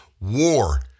war